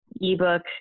ebook